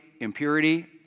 impurity